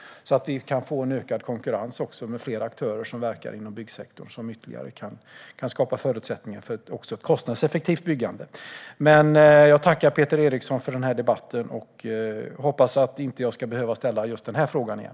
På så sätt skulle vi kunna få en ökad konkurrens med flera aktörer som verkar inom byggsektorn, vilket kan skapa bättre förutsättningar för ett kostnadseffektivt byggande. Jag tackar Peter Eriksson för den här debatten och hoppas att jag inte ska behöva ställa just denna fråga igen.